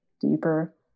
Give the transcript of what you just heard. deeper